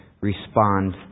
respond